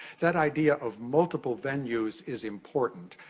that idea of multiple venues is important.